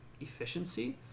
efficiency